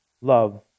love